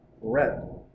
Red